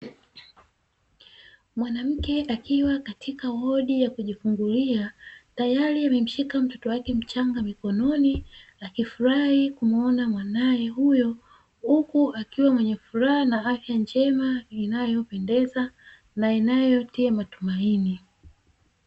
Mwanamke akiwa katika hodi ya kujifungulia; tayari ameshika mtoto wake mchanga mkononi akifurahi kumuona mwanae huyo, huku akiwa mwenye furaha na afya njema inayopendeza na inayotia matumaini.